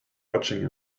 watching